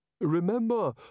Remember